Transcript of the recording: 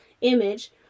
image